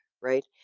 right